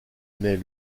naît